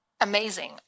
amazing